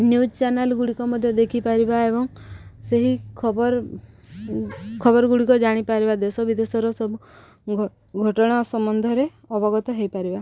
news channel ଗୁଡ଼ିକ ମଧ୍ୟ ଦେଖିପାରିବା ଏବଂ ସେହି ଖବର ଖବର ଗୁଡ଼ିକ ଜାଣିପାରିବା ଦେଶ ବିଦେଶର ସବୁ ଘଟଣା ସମ୍ବନ୍ଧରେ ଅବଗତ ହେଇପାରିବା